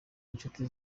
inshuti